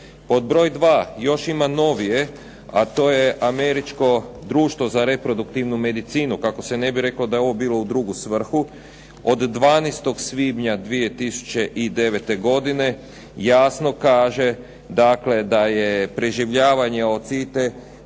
broj dva. Još ima novije, a to je Američko društvo za reproduktivnu medicinu, kako se ne bi reklo da je ovo bilo u drugo svrhu, od 12. svibnja 2009. godine jasno kaže dakle da je preživljavanje